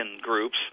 groups